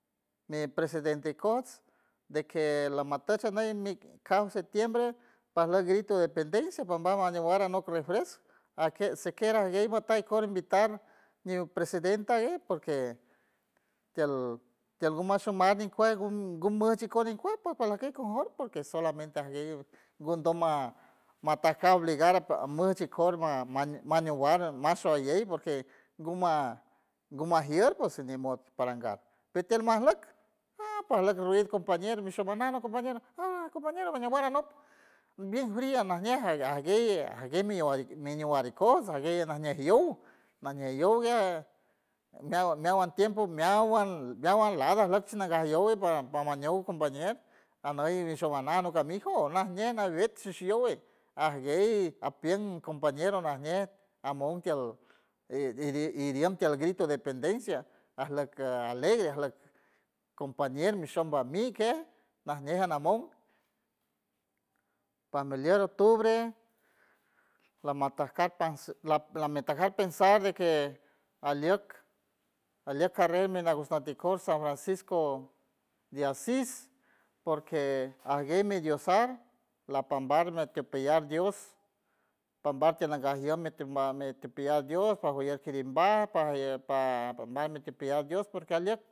Mi presidente ikojts de que lamatuch aney mi cabo septiembre pajleck grito dependencia pamban aniwar anok resfres ajke si quiera ajguey ajta invitar ñiw presidenta ajgue porque, tiel tiel umash umat ñi kuej ngumoch ikor nkuej pues pajlack key conforme porque este solamente ajguey ngundom ma matajka obligar much ikor ma- majñiw war mas showalley porque nguma nguma jier ps ni mod paranga pitiel majlock aj pajlack compañero mi show a no compañero aj compañero añowarr anop, bien fría najñe a- ajguey ajguey mi ñuwar ikojts ajge najñe yow najñe yow gue ajme meawan tiempo meawan meawan lado ajlock nagas yow ijpaw pa pañow compañero aney showana ni canijo najñe naüet ajguey apien compañero amon tiel i- idiem tiel grito dependencia ajleck alegre ajleck compañero mi shoam mi amig kej najñe anamon pajmilier octubre lama tajkar lamej takar pensar de que ajlieck carrer mi nagus nüt minat ikor san francsico de asis porque ajguey mi dios sar lapambar mi atropellar dios, pambar tiel nanga jier mi atropellar dios porque alieck.